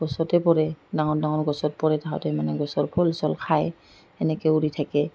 গছতে পৰে ডাঙৰ ডাঙৰ গছত পৰে সিহঁতে মানে গছৰ ফল চল খাই সেনেকৈ উৰি থাকে